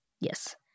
Yes